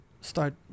start